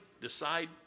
decide